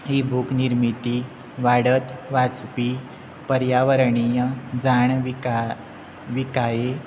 E book निर्मिती वाडत वाचपी पर्यावरणीय जाणविका विकायी